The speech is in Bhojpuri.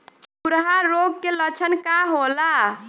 खुरहा रोग के लक्षण का होला?